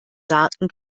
daten